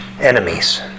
enemies